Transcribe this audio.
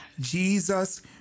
Jesus